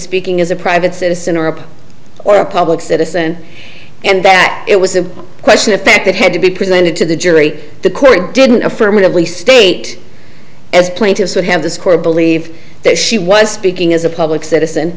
speaking as a private citizen or a poet or a public citizen and that it was a question of fact that had to be presented to the jury the court didn't affirmatively state as plaintiffs would have the score believe that she was speaking as a public citizen